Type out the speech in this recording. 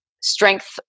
strength